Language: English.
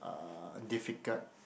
uh difficult